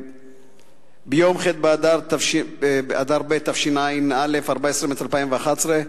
ביום ח' באדר ב' תשע"א, 14 במרס 2011,